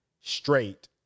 straight